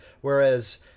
Whereas